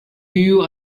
you